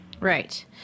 Right